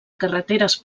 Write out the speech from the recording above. carreteres